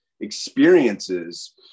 experiences